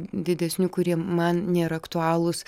didesnių kurie man nėra aktualūs